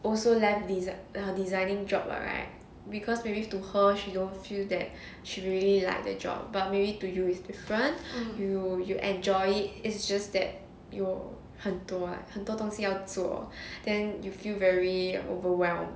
also left desert designing job [what] right because maybe to her she don't feel that she really like the job but maybe to you is different you you enjoy it is just that 有很多 lah 很多东西要做 then you feel very overwhelmed